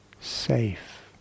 Safe